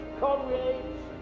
comrades